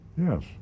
Yes